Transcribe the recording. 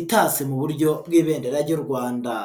itashye mu buryo bw'ibendera ry'u Rwanda.